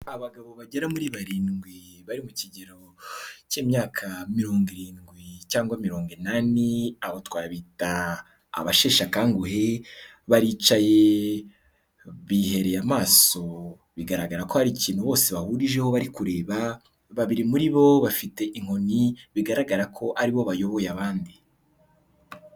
Abagabo bagera muri barindwi bari mu kigero cy'imyaka mirongo irindwi cyangwa mirongo inani, abo twabita abasheshe akanguhe, baricaye, bihereye amaso, bigaragara ko hari ikintu bose bahurijeho bari kureba, babiri muri bo bafite inkoni bigaragara ko ari bo bayoboye abandi.